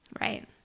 Right